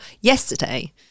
Yesterday